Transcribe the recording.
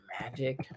Magic